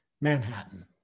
Manhattan